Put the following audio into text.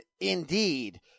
indeed